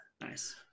Nice